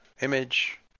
image